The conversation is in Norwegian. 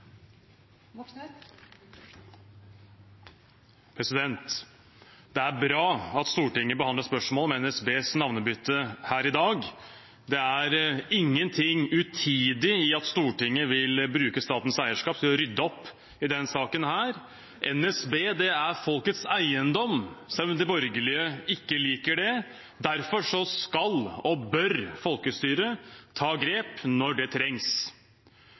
til. Det er bra at Stortinget behandler spørsmålet om NSBs navnebytte her i dag. Det er ingenting utidig i at Stortinget vil bruke statens eierskap til å rydde opp i denne saken. NSB er folkets eiendom, selv om de borgerlige ikke liker det. Derfor skal og bør folkestyret ta grep når det